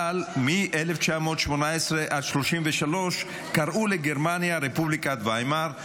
אבל מ-1918 עד 1933 קראו לגרמניה רפובליקת ויימאר,